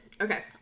okay